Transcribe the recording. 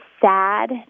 sad